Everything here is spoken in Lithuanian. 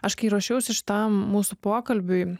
aš kai ruošiausi šitam mūsų pokalbiui